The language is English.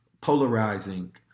polarizing